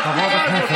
כבר החזירו?